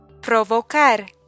Provocar